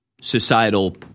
societal